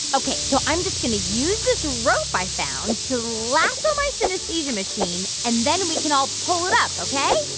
ok. so i'm just going to use this rope i found to lasso my synesthesia machine. and then we can all pull it up, ok?